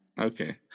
Okay